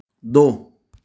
दो